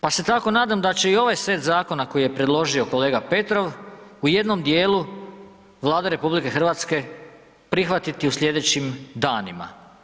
Pa se tako nadam da će i ovaj set zakona koji je predložio kolega Petrov u jednom dijelu Vlada RH prihvatiti u sljedećim danima.